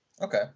Okay